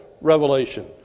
Revelation